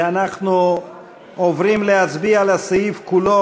ואנחנו עוברים להצביע על הסעיף כולו,